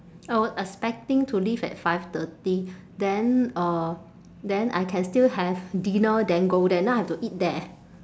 I was expecting to leave at five thirty then uh then I can still have dinner then go there now I have to eat there